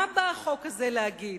מה בא החוק הזה להגיד?